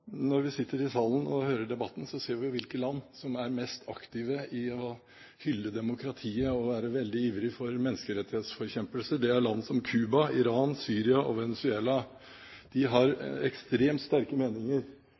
som er mest aktive i å hylle demokratiet og være veldig ivrige for menneskerettighetsforkjempelse. Det er land som Cuba, Iran, Syria og Venezuela. De har ekstremt sterke meninger